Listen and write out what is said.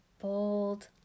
bold